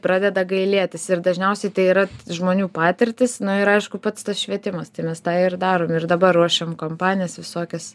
pradeda gailėtis ir dažniausiai tai yra žmonių patirtys nu ir aišku pats tas švietimas tai mes tą ir darom ir dabar ruošiam kompanijas visokias